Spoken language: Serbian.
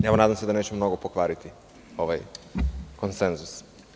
Nadam se da neću mnogo pokvariti ovaj konsenzus.